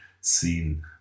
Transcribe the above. seen